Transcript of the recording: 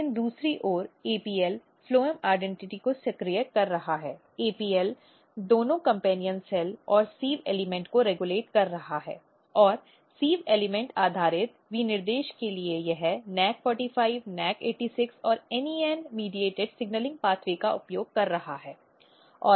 लेकिन दूसरी ओर APL फ्लोएम पहचान को सक्रिय कर रहा है APL दोनों कम्पेन्यन सेल और सिव़ एलिमेंट को रेगुलेट कर रहा है और सिव़ एलिमेंट आधारित विनिर्देश के लिए यह NAC 45 NAC 86 और NEN मध्यस्थता सिग्नलिंग मार्ग का उपयोग कर रहा है